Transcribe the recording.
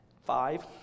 five